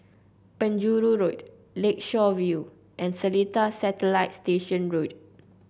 Penjuru Road Lakeshore View and Seletar Satellite Station Road